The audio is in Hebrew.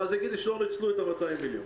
ואז יגידו שלא ניצלו את ה-200 מיליון.